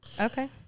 Okay